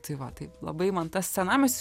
tai va tai labai man tas senamiestis